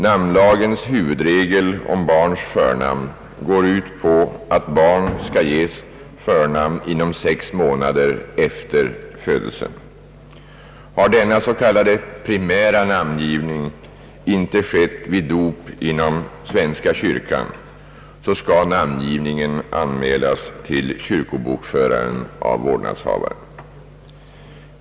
Namnlagens huvudregel om barns förnamn går ut på att barn skall ges förnamn inom sex månader efter födelsen. Har denna s.k. primära namngivning inte skett vid dop inom svenska kyrkan, skall namngivningen anmälas till kyrkobokföraren av vårdnadshavaren.